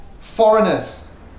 foreigners